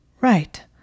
Right